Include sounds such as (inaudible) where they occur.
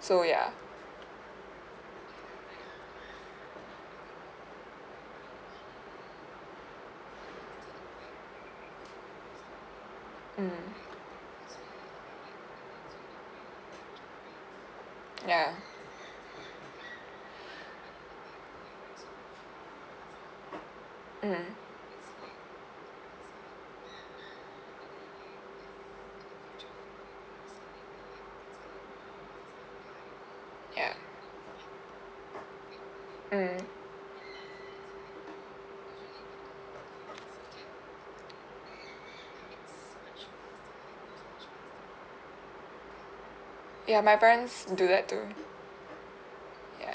so ya mm ya (breath) mmhmm ya mm (noise) ya my parents do that to ya